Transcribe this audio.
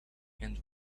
and